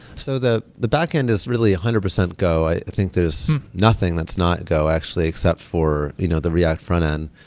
so the the backend is really a one hundred percent go. i think there is nothing that's not go actually except for you know the react frontend.